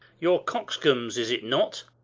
your cock's-comb's, is it not?